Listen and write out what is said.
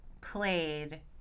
played